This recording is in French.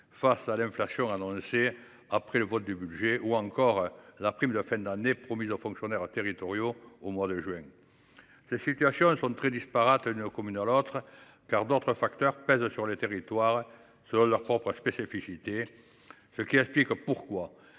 face à l’inflation, annoncée après le vote du budget, sans oublier la prime de fin d’année promise aux fonctionnaires territoriaux au mois de juin. Les situations sont très disparates d’une commune à l’autre, car d’autres facteurs pèsent sur les territoires selon leurs spécificités, ce qui explique pourquoi